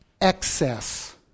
excess